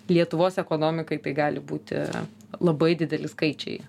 lietuvos ekonomikai tai gali būti labai dideli skaičiai